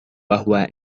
bahwa